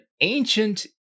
ancient